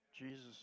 Jesus